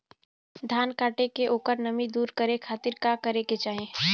धान कांटेके ओकर नमी दूर करे खाती का करे के चाही?